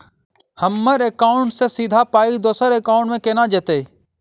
हम्मर एकाउन्ट सँ सीधा पाई दोसर एकाउंट मे केना जेतय?